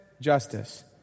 justice